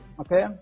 okay